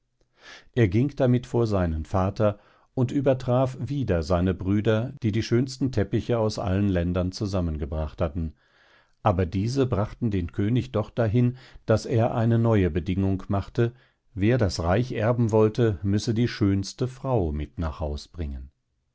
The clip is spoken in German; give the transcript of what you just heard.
er ging damit vor seinen vater und übertraf wieder seine brüder die die schönsten teppiche aus allen ländern zusammengebracht hatten aber diese brachten den könig doch dahin daß er die neue bedingung machte wer das reich erben wollte müsse die schönste frau mit nach haus bringen